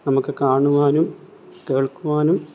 നമുക്ക് കാണുവാനും കേൾക്കുവാനും